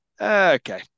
Okay